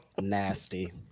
Nasty